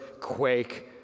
quake